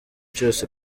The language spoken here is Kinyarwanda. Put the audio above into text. cyose